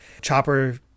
Chopper